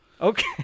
Okay